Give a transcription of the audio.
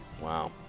Wow